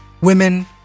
women